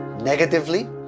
Negatively